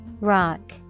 Rock